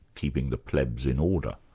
keeping the plebs in order.